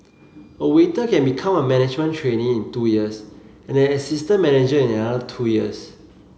a waiter can become a management trainee in two years and an assistant manager in another two years